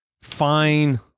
Fine